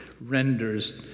renders